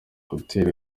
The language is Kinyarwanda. gutera